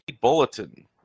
Bulletin